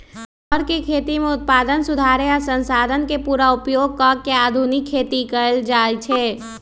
चौर के खेती में उत्पादन सुधारे आ संसाधन के पुरा उपयोग क के आधुनिक खेती कएल जाए छै